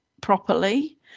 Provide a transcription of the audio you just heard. properly